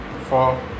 four